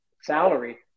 salary